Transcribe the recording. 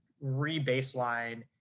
re-baseline